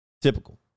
Typical